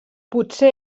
potser